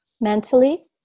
Mentally